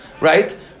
right